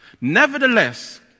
Nevertheless